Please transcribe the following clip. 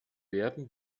werden